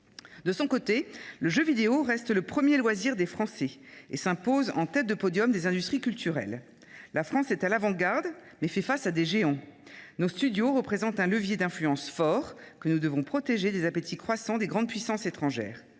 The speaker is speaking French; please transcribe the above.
De son côté, le jeu vidéo reste le premier loisir des Français et s’impose en tête de podium des industries culturelles. La France est à l’avant garde, mais elle fait face à des géants. Nos studios représentent un levier d’influence fort, que nous devons protéger des appétits croissants des grandes puissances étrangères.